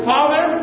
Father